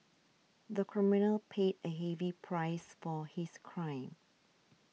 the criminal paid a heavy price for his crime